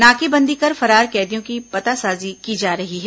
नाकेबंदी कर फरार कैदियों की पतासाजी की जा रही है